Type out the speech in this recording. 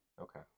Okay